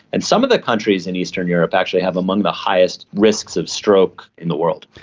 and some of the countries in eastern europe actually have among the highest risks of stroke in the world.